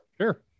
sure